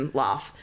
laugh